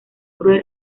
cruel